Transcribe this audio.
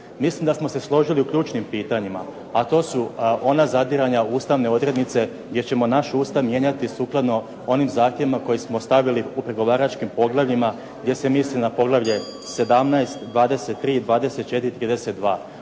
Mislim da smo se složili u ključnim pitanjima, a to su ona zadiranja u ustavne odrednice gdje ćemo naš Ustav mijenjati sukladno onim zahtjevima koje smo ostavili u pregovaračkim poglavljima gdje se misli na poglavlje 17, 23, 24, 32